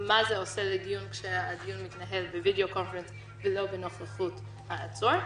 מה זה עושה לדיון כשהוא מתנהל ב- video conferenceולא בנוכחות העצור.